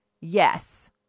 yes